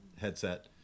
headset